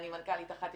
אני מנכ"לית אחת,